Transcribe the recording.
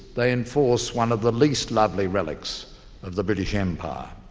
they enforce one of the least lovely relics of the british empire,